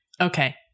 Okay